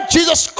Jesus